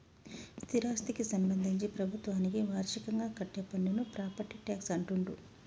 స్థిరాస్థికి సంబంధించి ప్రభుత్వానికి వార్షికంగా కట్టే పన్నును ప్రాపర్టీ ట్యాక్స్ అంటుండ్రు